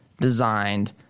designed